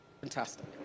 Fantastic